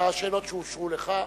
השאלות שאושרו לך.